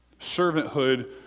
Servanthood